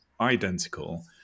identical